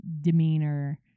demeanor